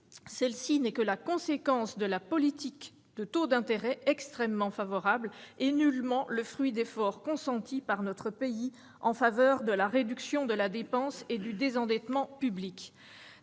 celle-ci n'est que la conséquence de taux d'intérêt extrêmement favorables, nullement le fruit d'efforts consentis par notre pays en faveur de la réduction de la dépense et du désendettement publics.